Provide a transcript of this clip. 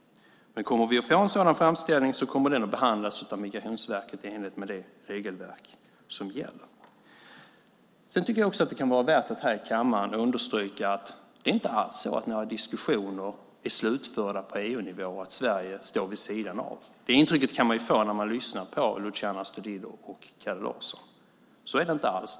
Men kommer vi att få en sådan framställning kommer den att behandlas av Migrationsverket i enlighet med det regelverk som gäller. Jag tycker att det kunde vara värt att här i kammaren understryka att det inte alls är så att några diskussioner är slutförda på EU-nivå och att Sverige står vid sidan av. Det intrycket kan man få när man lyssnar på Luciano Astudillo och Kalle Larsson. Så är det inte alls.